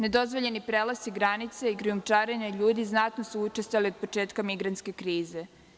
Nedozvoljeni prelasci granice i krijumčarenje ljudi znatno su učestali od početka migrantske krize.